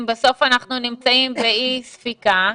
אם בסוף אנחנו נמצאים באי ספיקה.